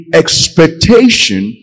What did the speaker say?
expectation